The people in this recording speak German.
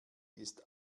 ist